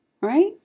Right